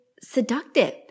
seductive